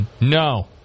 No